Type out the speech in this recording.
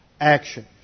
action